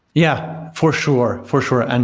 yeah, for sure. for sure. and